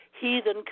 heathen